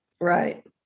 right